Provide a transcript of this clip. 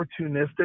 opportunistic